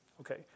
Okay